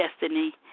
destiny